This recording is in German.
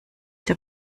der